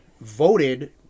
voted